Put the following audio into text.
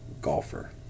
golfer